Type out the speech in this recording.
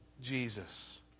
Jesus